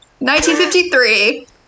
1953